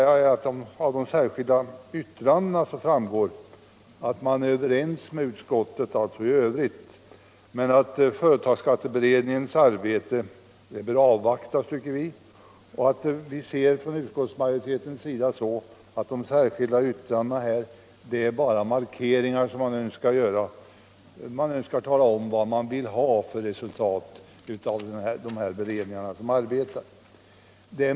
Av de särskilda yttrandena framgår att man är överens med utskottet, men vi tycker att företagsskatteberedningens arbete bör avvaktas. Från utskottsmajoritetens sida ser vi de särskilda yttrandena som markeringar genom vilka man vill tala om vilket resultat man vill ha av de utredningar som arbetar.